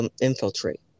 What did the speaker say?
infiltrate